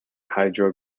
hydro